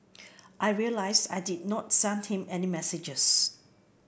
I realised I did not send him any messages